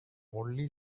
only